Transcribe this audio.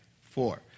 four